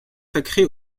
sacrée